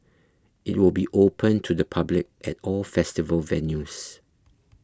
it will be open to the public at all festival venues